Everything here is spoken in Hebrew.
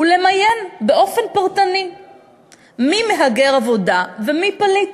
הוא למיין באופן פרטני מי מהגר עבודה ומי פליט,